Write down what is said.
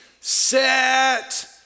set